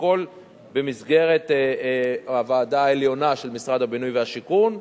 הכול במסגרת הוועדה העליונה של משרד הבינוי והשיכון.